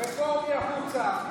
רפורמי החוצה.